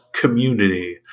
community